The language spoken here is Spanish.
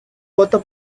voto